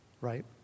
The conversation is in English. right